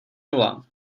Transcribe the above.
nula